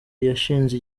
yashinze